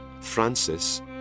Francis